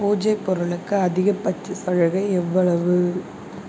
பூஜை பொருளுக்கு அதிகபட்ச சலுகை எவ்வளவு